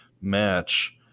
match